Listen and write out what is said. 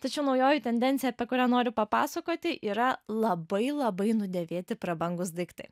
tačiau naujoji tendencija apie kurią noriu papasakoti yra labai labai nudėvėti prabangūs daiktai